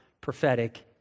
prophetic